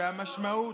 והמשמעות,